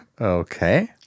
Okay